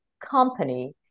company